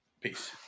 Peace